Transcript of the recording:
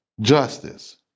justice